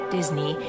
Disney